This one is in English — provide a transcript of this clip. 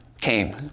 came